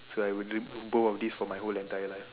so I would do it both of these for my whole entire life